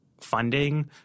funding